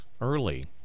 early